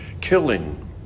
killing